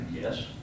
yes